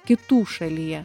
kitų šalyje